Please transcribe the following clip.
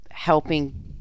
helping